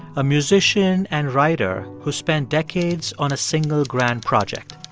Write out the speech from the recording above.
a musician and writer who spent decades on a single, grand project.